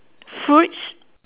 fruits